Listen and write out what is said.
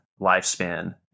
lifespan